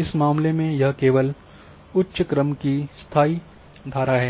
इस मामले में यह केवल उच्च क्रम की स्थायी धारा है